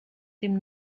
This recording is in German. dem